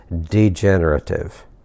degenerative